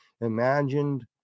imagined